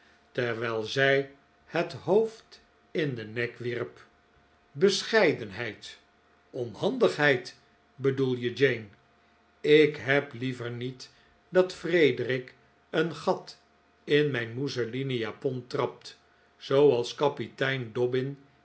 terwijl zij het hoofd in den nek wierp bescheidenheid onhandigheid bedoel je jane ik heb liever niet dat frederic een gat in mijn mousselinen japon trapt zooals kapitein dobbin